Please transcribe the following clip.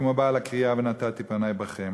כמו בעל הקריאה: "ונתתי פני בכם